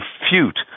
refute